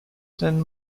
than